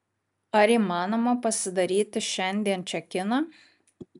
ar įmanoma pasidaryti šiandien čekiną